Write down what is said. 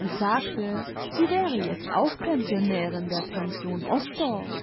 und sagte sie wäre jetzt auch pensionärin der pension osdorff